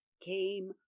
came